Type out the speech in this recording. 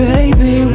Baby